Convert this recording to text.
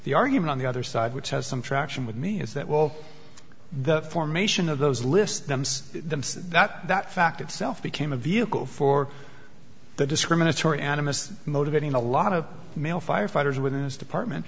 the argument on the other side which has some traction with me is that while the formation of those lists them's the that that fact itself became a vehicle for the discriminatory animus motivating a lot of male firefighters within this department